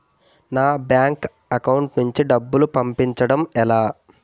నా bank account నుంచి డబ్బును పంపించడం ఎలా?